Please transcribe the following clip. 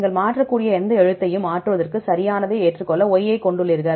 நீங்கள் மாற்றக்கூடிய எந்த எழுத்தையும் மாற்றுவதற்கு சரியானதை ஏற்றுக்கொள்ள Y ஐக் கொண்டுள்ளீர்கள்